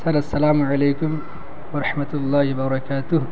سر السلام علیکم و رحمتہ اللہ و برکاتہ